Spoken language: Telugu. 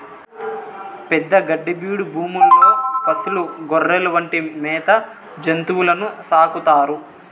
పెద్ద గడ్డి బీడు భూముల్లో పసులు, గొర్రెలు వంటి మేత జంతువులను సాకుతారు